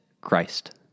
Christ